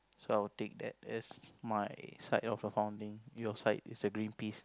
so I'll take that as my side of a founding your side is a green piece